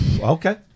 Okay